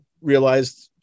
realized